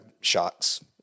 Shots